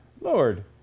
Lord